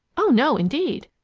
oh, no, indeed!